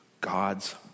God's